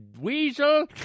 weasel